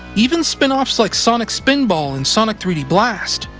even spin-offs like sonic spinball and sonic three d blast,